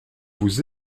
vous